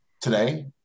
Today